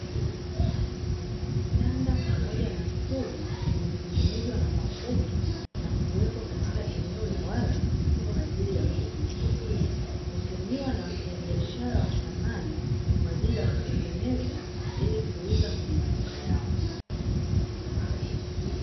Vitanda pamoja na stuli zimetengenezwa na mafundi na kuwekwa eneo la wazi kwa ajili ya kuuza. Hutumiwa na wafanyabiashara wa samani kwa ajili ya kutengeneza ili kuuza kwenye maduka yao.